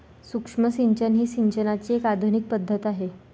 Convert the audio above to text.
सूक्ष्म सिंचन ही सिंचनाची एक आधुनिक पद्धत आहे